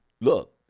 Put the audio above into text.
look